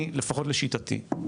לפחות לשיטתי,